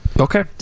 Okay